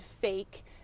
fake